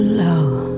love